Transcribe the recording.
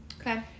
okay